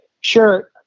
Sure